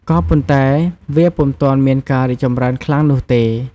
ក៏ប៉ុន្តែវាពុំទាន់មានការរីកចម្រើនខ្លាំងនោះទេ។